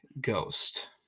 Ghost